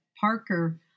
Parker